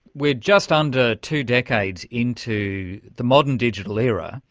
we're just under two decades into the modern digital era.